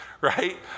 right